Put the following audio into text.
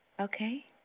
Okay